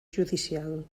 judicial